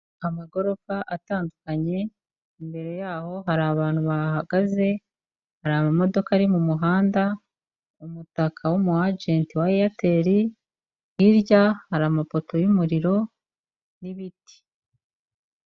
Amagorofa atandukanye, mbere yaho hari abantu bahagaze, hari amamodoka ari mu muhanda, umutaka w'umuajenti wa Airtel, hirya hari amapoto y'umuriro n'ibiti.